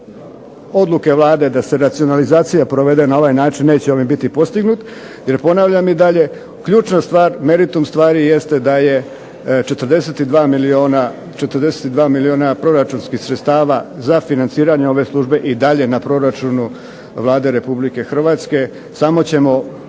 odluke Vlade da se racionalizacija provede na ovaj način neće ovim biti postignut, jer ponavljam i dalje ključna stvar, meritum stvari jeste da je 42 milijuna proračunskih sredstava za financiranje ove službe i dalje na proračunu Vlade Republike Hrvatske, samo ćemo